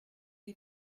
die